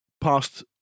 past